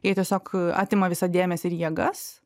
jie tiesiog atima visą dėmesį ir jėgas